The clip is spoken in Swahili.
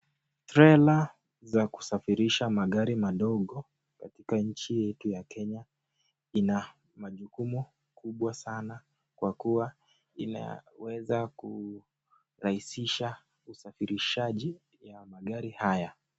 Trela ya kusafirisha magari madogo katika nchi yetu ya Kenya ina majukumu makubwa sana kwa kuwa inaweza kurahisisha usafirishaji ya magari haya.